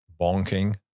bonking